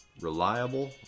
Reliable